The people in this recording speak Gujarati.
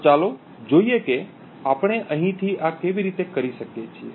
તો ચાલો જોઈએ કે આપણે અહીંથી આ કેવી રીતે કરીએ છીએ